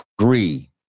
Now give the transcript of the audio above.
agree